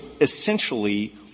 essentially